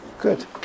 Good